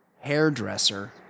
hairdresser